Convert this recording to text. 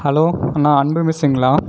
hello அண்ணா அன்பு மெஸ்ஸுங்களா